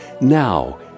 now